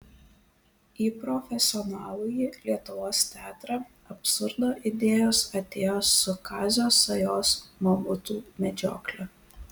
į profesionalųjį lietuvos teatrą absurdo idėjos atėjo su kazio sajos mamutų medžiokle